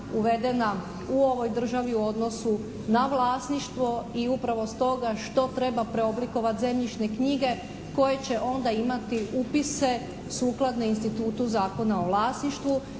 uvedena u ovoj državi u odnosu na vlasništvo i upravo stoga što treba preoblikovati zemljišne knjige koje će onda imati upise sukladne institutu Zakona o vlasništvu.